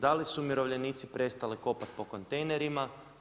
Da li su umirovljenici prestali kopati po kontejnerima?